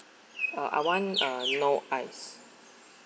uh I want uh no ice